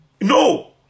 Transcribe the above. No